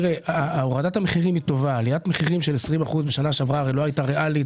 עליית מחירים של 20% בשנה שעברה לא הייתה ריאלית,